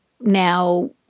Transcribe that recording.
now-